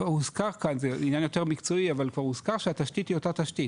הוזכר כאן זה ענין יותר מקצועי אבל כבר הוזכר שהתשתית היא אותה תשתית.